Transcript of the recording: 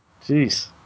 Jeez